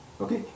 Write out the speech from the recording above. Okay